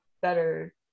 better